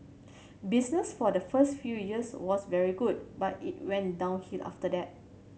business for the first few years was very good but it went downhill after that